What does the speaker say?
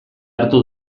hartu